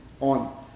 on